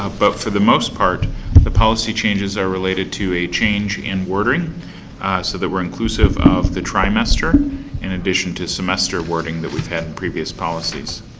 but for the most part the policy changes are related to a change in wording so that we're inclusive of the trimester in addition to semester wording that we had in previous policies.